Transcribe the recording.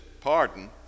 pardon